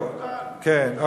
תעצור כאן.